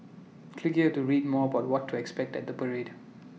click here to read more about what to expect at the parade